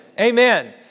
Amen